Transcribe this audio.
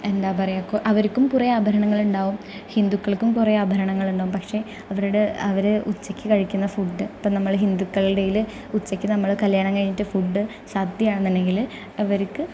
എന്താണ് പറയുക അവർക്കും കുറേ ആഭരണങ്ങളുണ്ടാവും ഹിന്ദുക്കൾക്കും കുറേ ആഭരങ്ങളുണ്ടാവും പക്ഷെ അവരുടെ അവർ ഉച്ചക്ക് കഴിക്കുന്ന ഫുഡ്ഡ് ഇപ്പം നമ്മൾ ഹിന്ദുക്കളുടേതിൽ ഉച്ചക്ക് നമ്മൾ കല്യാണം കഴിഞ്ഞിട്ട് ഫുഡ്ഡ് സദ്യയാണെന്നുണ്ടെങ്കിൽ അവർക്ക്